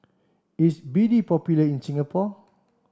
is B D popular in Singapore